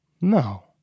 No